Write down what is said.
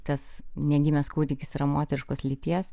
tas negimęs kūdikis yra moteriškos lyties